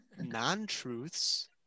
non-truths